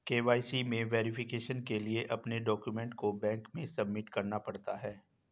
KYC में verification के लिए अपने डाक्यूमेंट को बैंक में सबमिट करना पड़ता है